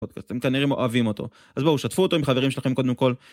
אתם כנראה אוהבים אותו, אז בואו שתפו אותו עם חברים שלכם קודם כל.